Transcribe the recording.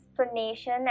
explanation